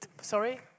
sorry